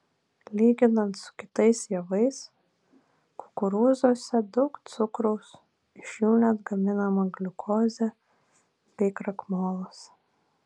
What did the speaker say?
lyginant su kitais javais kukurūzuose daug cukraus iš jų net gaminama gliukozė bei krakmolas